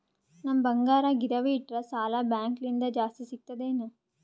ನಮ್ ಬಂಗಾರ ಗಿರವಿ ಇಟ್ಟರ ಸಾಲ ಬ್ಯಾಂಕ ಲಿಂದ ಜಾಸ್ತಿ ಸಿಗ್ತದಾ ಏನ್?